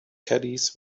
caddies